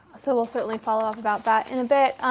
so, we'll certainly follow up about that in a bit,